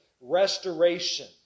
restoration